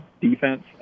defense